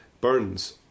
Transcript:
Burns